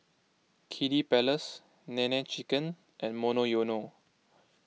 Kiddy Palace Nene Chicken and Monoyono